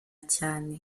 cyane